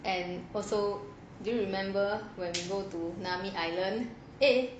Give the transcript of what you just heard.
and also do you remember when we go to nami island eh